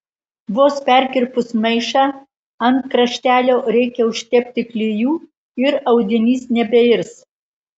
vos perkirpus maišą ant kraštelio reikia užtepti klijų ir audinys nebeirs